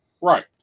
Right